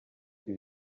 iyi